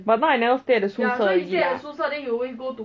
but now I never stay at the 宿舍 already lah